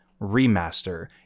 remaster